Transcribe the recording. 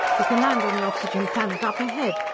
we can land on the oxygen planet up ahead!